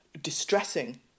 distressing